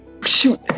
Shoot